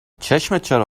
چرا